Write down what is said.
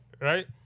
right